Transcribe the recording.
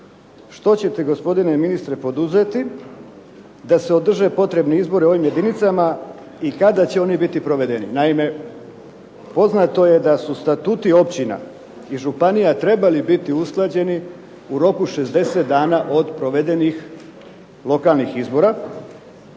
Što ćete gospodine ministre poduzeti da se održe potrebni izbori u ovim jedinicama, i kada će oni biti provedeni. Naime poznato je da su statuti općina i županija trebali biti usklađeni u roku 60 dana od provedenih lokalnih izbora